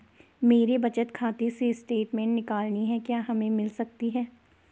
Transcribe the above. मेरे बचत खाते से स्टेटमेंट निकालनी है क्या हमें मिल सकती है?